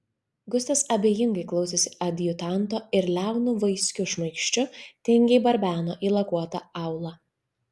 gustas abejingai klausėsi adjutanto ir liaunu vaiskiu šmaikščiu tingiai barbeno į lakuotą aulą